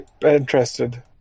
interested